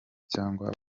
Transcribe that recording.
cyangwa